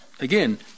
again